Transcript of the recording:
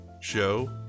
show